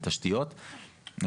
בתשתיות,